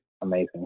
amazing